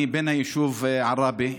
אני בן היישוב עראבה.